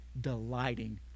delighting